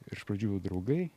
ir iš pradžių draugai